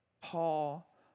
Paul